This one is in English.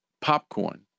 popcorn